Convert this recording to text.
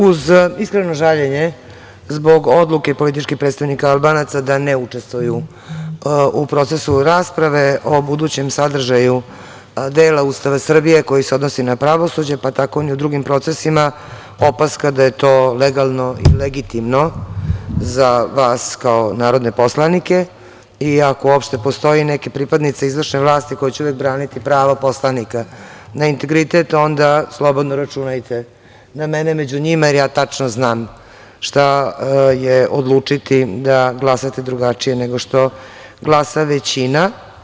Uz iskreno žaljenje, zbog odluke političkih predstavnika Albanaca da ne učestvuju u procesu rasprave o budućem sadržaju dela Ustava Srbije koji se odnosi na pravosuđe, pa tako ni u drugim procesima, opaska da je to legalno i legitimno za vas kao narodne poslanike i ako uopšte postoje neki pripadnici izvršne vlasti koji će uvek braniti prava poslanika na integritet, onda slobodno računajte na mene među njima, jer ja tačno znam šta je odlučiti da glasate drugačije nego što glasa većina.